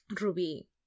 Ruby